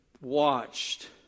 watched